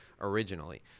originally